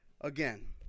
again